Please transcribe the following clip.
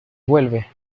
vuelve